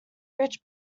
rich